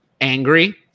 angry